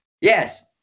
Yes